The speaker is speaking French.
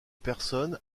personnes